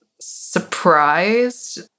surprised